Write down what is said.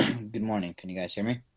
good morning. can you guys hear me.